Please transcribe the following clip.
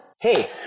Hey